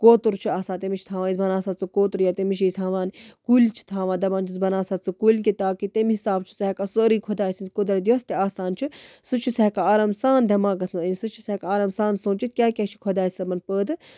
کوتُر چھُ آسان تٔمِس چھِ تھاوان أسۍ بَناو سا ژٕ کوتُر یا تٔمِس چھِ أسۍ تھاوان کُلۍ چھِ تھاوان دَپان چھِس بَناو سا ژٕ کُلۍ تاکہِ تَمے حِسابہٕ چھُ سُہ ہٮ۪کان سٲرٕے خۄدایہِ سٕنٛز قۄدرت یۄس تہِ آسان چھِ سُہ چھُ سُہ ہٮ۪کان آرام سان دٮ۪ماغَس منٛز أنِتھ سُہ چھُ سُہ ہٮ۪کان آرام سان سونٛچِتھ کیاہ کیاہ چھُ خۄدا صٲبَن پٲدٕ